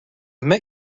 met